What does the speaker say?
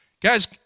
Guys